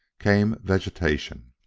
came vegetation.